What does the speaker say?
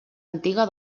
antiga